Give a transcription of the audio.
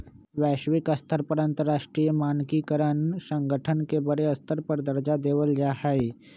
वैश्विक स्तर पर अंतरराष्ट्रीय मानकीकरण संगठन के बडे स्तर पर दर्जा देवल जा हई